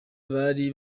bari